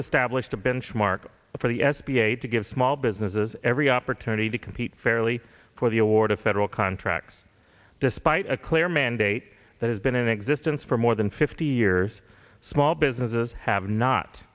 established a benchmark for the s b a to give small businesses every opportunity to compete fairly for the award of federal contracts despite a clear mandate that has been in existence for more than fifty years small businesses have not